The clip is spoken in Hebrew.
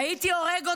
"הייתי הורג אותך,